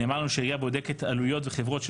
נאמר לנו שהעירייה בודקת עלויות וחברות של